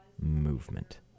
Movement